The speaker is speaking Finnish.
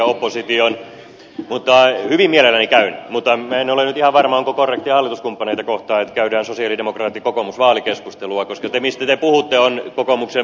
hyvin mielelläni käyn siihen mutta minä en ole nyt ihan varma onko korrektia hallituskumppaneita kohtaan että käydään sosialidemokraatitkokoomus vaalikeskustelua koska se mistä te puhutte on kokoomuksen vaalitavoitteistoa